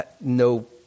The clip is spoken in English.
no